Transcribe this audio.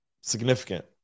significant